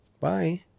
Bye